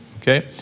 Okay